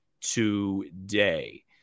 today